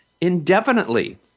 indefinitely